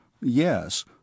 Yes